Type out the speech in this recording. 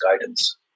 guidance